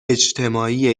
اجتماعی